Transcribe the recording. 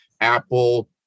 Apple